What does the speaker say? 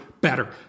better